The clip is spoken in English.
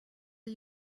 are